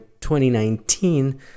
2019